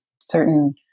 certain